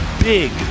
big